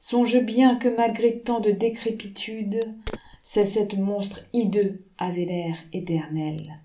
songe bien que malgré tant de décrépitudeces sept monstres hideux avaient l'air éternel